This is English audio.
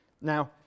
Now